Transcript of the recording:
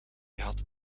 had